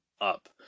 up